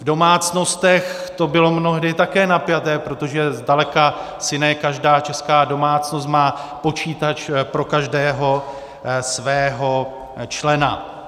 V domácnostech to bylo mnohdy také napjaté, protože zdaleka asi ne každá česká domácnost má počítač pro každého svého člena.